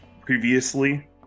previously